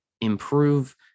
improve